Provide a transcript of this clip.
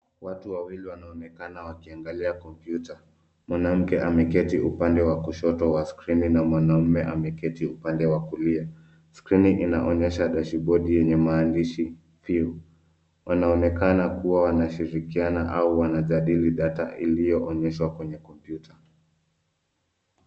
Watu wawili wanaonekana wakiangalia kompyuta. Mwanamke ameketi upande wa kushoto wa skrini na mwanaume ameketi upande wa kulia. Skrini inaonyesha dashibodi yenye maandishi phew . Wanaonekana kuwa wanashirikiana au wanajadili data iliyoonyeshwa kwenye kompyuta.